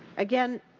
again,